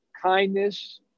kindness